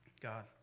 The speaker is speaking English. God